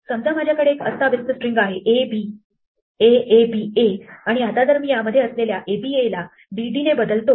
समजा माझ्याकडे एक अस्ताव्यस्त स्ट्रिंग आहे "abaaba" आणि आता जर मी यामध्ये असलेल्या "aba" ला "DD" बदलतो